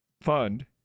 fund